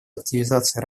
активизации